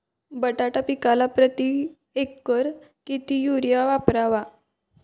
बटाटा पिकाला प्रती एकर किती युरिया वापरावा?